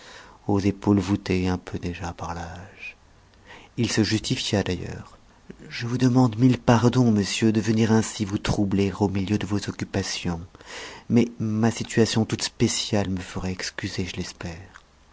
aux épaules voûtées un peu déjà par l'âge il se justifia d'ailleurs je vous demande mille pardons monsieur de venir ainsi vous troubler au milieu de vos occupations mais ma situation toute spéciale me fera excuser je l'espère